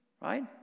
Right